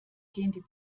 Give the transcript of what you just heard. gehen